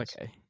okay